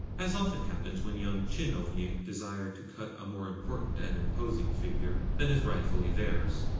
as often happens when young tchinovniks desire to cut a more important and imposing figure than is rightfully theirs.